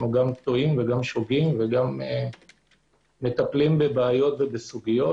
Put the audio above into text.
גם טועים וגם מטפלים בבעיות ובסוגיות.